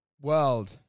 world